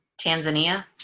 Tanzania